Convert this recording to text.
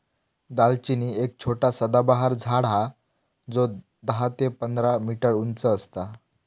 दालचिनी एक छोटा सदाबहार झाड हा जो दहा ते पंधरा मीटर उंच असता